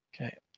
Okay